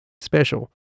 Special